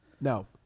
No